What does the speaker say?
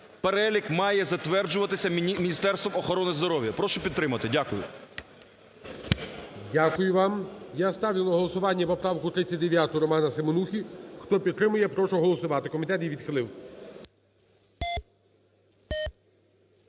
Перелік має затверджуватися Міністерством охорони здоров'я. Прошу підтримати. Дякую. ГОЛОВУЮЧИЙ. Дякую вам. Я ставлю на голосування поправку 39, Романа Семенухи. Хто підтримує, я прошу голосувати. Комітет її відхилив.